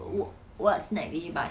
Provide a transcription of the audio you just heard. wh~ what snack did he buy